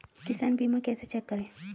किसान बीमा कैसे चेक करें?